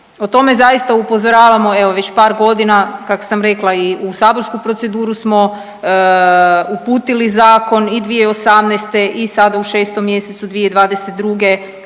o tome zaista upozoravamo, evo, već par godina kak sam rekla i u saborsku proceduru smo uputili zakon i 2018. i sada u 6. mj. 2022.,